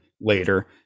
later